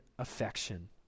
Affection